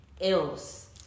else